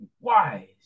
wise